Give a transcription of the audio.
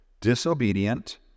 disobedient